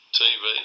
tv